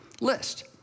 list